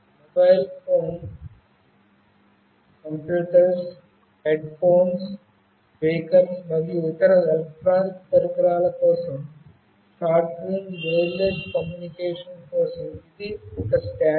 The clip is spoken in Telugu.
మొబైల్ ఫోన్లు కంప్యూటర్లు హెడ్ఫోన్లు స్పీకర్లు మరియు ఇతర ఎలక్ట్రానిక్ పరికరాల కోసం షార్ట్ రేంజ్ వైర్లెస్ కమ్యూనికేషన్ కోసం ఇది ఒక స్టాండర్డ్